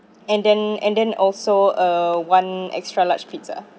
and then and then also uh one extra large pizza